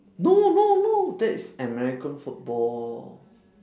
no no no that's american football